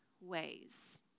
ways